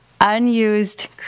Unused